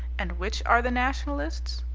and which are the nationalists?